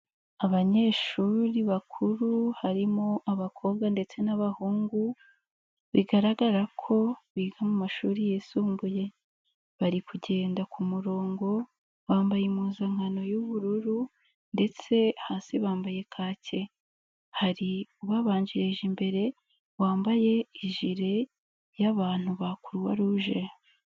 Abanyeshuri bakuru harimo abakobwa ndetse n'abahungu bigaragara ko biga mu mashuri yisumbuye bari kugenda ku murongo, bambaye impuzankano y'ubururu ndetse hasi bambaye kake, hari ubabanjirije imbere wambaye ijire y'abantu ba Croix Rouge.